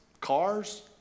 cars